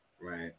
Right